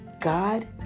God